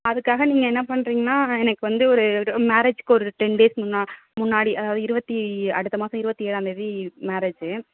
அதுக்காக நீங்கள் என்ன பண்ணுறிங்ன்னா எனக்கு வந்து ஒரு இது மேரேஜுக்கு ஒரு டென் டேஸ்க்கு முன்னா முன்னாடி அதாவது இருபத்தி அடுத்த மாதம் இருபத்தி ஏழாந்தேதி மேரேஜு